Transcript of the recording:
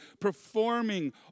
performing